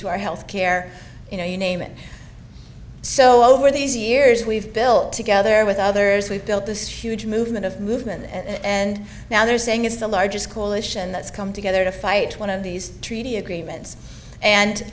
to our health care you know you name it so over these years we've built together with others we've built this huge movement of movement and now they're saying it's the largest coalition that's come together to fight one of these treaty agreements